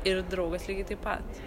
ir draugas lygiai taip pat